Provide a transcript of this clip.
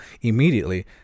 immediately